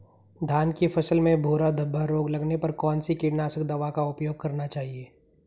धान की फसल में भूरा धब्बा रोग लगने पर कौन सी कीटनाशक दवा का उपयोग करना चाहिए?